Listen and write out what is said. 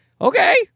Okay